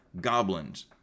goblins